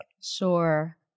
Sure